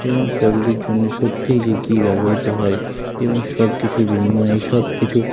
এবং সেগুলির জন্যে সত্যিই যে কী ব্যবহৃত হয় এবং সব কিছুর বিনিময়ে সব কিছু